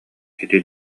ити